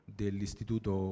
dell'Istituto